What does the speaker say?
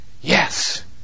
Yes